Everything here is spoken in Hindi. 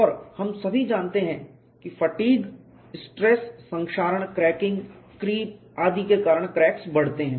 और हम सभी जानते हैं कि फटीग स्ट्रेस संक्षारण क्रैकिंग क्रीप आदि के कारण क्रैक्स बढ़ते हैं